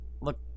Look